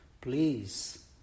please